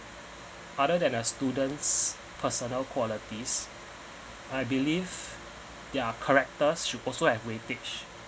other than a student's personal qualities I believe their characters should also have weightage